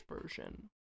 version